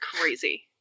crazy